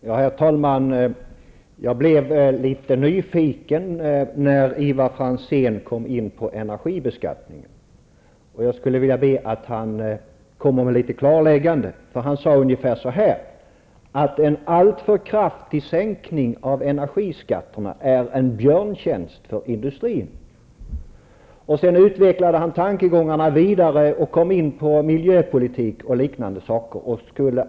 Herr talman! När Ivar Franzén kom in på energibeskattningen blev jag litet nyfiken. Jag skulle vilja ha ett klarläggande på den punkten. Ivar Franzén sade ungefär så här: En alltför kraftig sänkning av energiskatterna är en björntjänst för industrin. Ivar Franzén utvecklade sina tankegångar ytterligare för att sedan komma in på bl.a. miljöpolitiken. Här är det nej från hans sida.